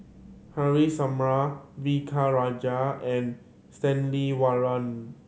Haresh Sharma V K Rajah and Stanley Warren